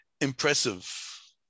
impressive